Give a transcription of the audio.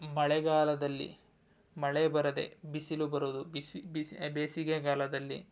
ಮಳೆಗಾಲದಲ್ಲಿ ಮಳೆ ಬರದೇ ಬಿಸಿಲು ಬರುವುದು ಬಿಸಿ ಬಿಸಿ ಬೇಸಿಗೆಗಾಲದಲ್ಲಿ